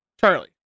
Charlie